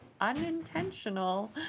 unintentional